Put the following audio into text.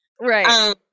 Right